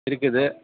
இருக்குது